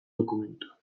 dokumentua